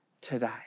today